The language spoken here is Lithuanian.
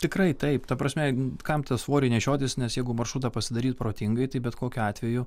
tikrai taip ta prasme kam tą svorį nešiotis nes jeigu maršrutą pasidaryt protingai tai bet kokiu atveju